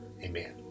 amen